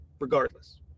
regardless